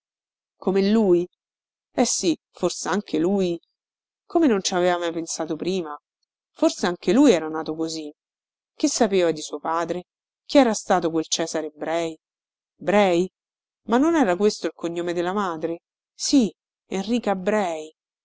come lui eh sì forsanche lui come non ci aveva mai pensato prima forsanche lui era nato così che sapeva di suo padre chi era stato quel cesare brei brei ma non era questo il cognome della madre sì enrica brei